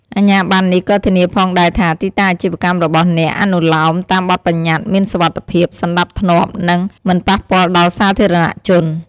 អាជ្ញាប័ណ្ណនេះក៏ធានាផងដែរថា ទីតាំងអាជីវកម្មរបស់អ្នកអនុលោមតាមបទប្បញ្ញត្តិ មាន សុវត្ថិភាព សណ្ដាប់ធ្នាប់ និង មិនប៉ះពាល់ដល់សាធារណៈជន។